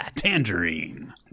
Tangerine